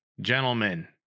gentlemen